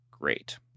great